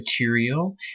material